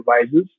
devices